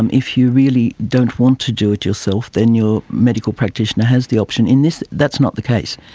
um if you really don't want to do it yourself then your medical practitioner has the option. in this that's not the case.